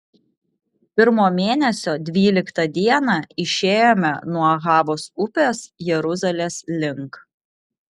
pirmo mėnesio dvyliktą dieną išėjome nuo ahavos upės jeruzalės link